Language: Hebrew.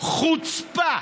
חוצפה.